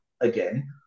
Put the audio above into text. again